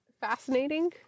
fascinating